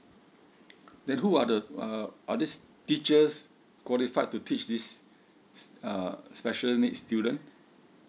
then who are the uh are this teachers qualified to teach this is uh special needs student